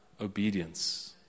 obedience